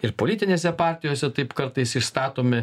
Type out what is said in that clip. ir politinėse partijose taip kartais išstatomi